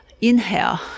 inhale